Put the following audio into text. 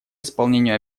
исполнению